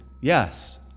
yes